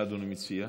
מה אדוני מציע?